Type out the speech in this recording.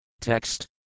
Text